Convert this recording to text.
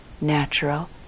natural